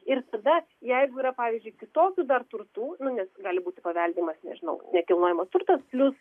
ir tada jeigu yra pavyzdžiui kitokių dar turtų nu nes gali būti paveldimas nežinau nekilnojamas turtas plius